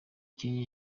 kenya